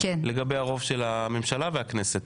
לגבי הרוב של הממשלה והכנסת.